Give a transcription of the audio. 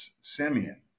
Simeon